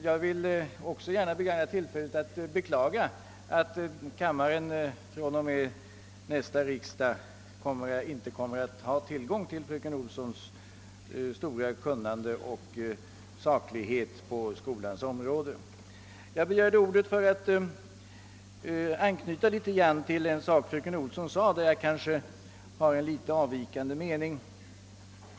Jag vill också beklaga att kammaren från och med nästa års riksdag inte kommer att ha tillgång till fröken Olssons stora kunnande och saklighet på skolans område. Jag begärde emellertid ordet för att anknyta till ett avsnitt av fröken Olssons anförande där jag har något avvikande mening.